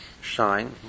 shine